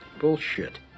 Bullshit